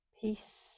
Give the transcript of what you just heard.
peace